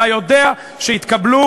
אתה יודע שהתקבלו,